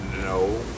No